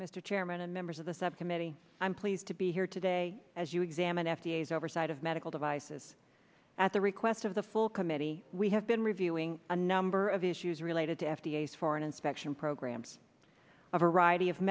mr chairman and members of the subcommittee i'm pleased to be here today as you examine f d a as oversight of medical devices at the request of the full committee we have been reviewing a number of issues related to f d a for an inspection programs a variety of